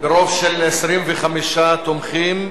ברוב של 25 תומכים,